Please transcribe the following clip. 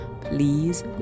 please